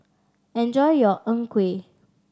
enjoy your Png Kueh